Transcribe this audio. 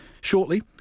Shortly